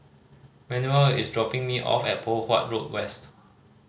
Manuel is dropping me off at Poh Huat Road West